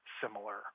similar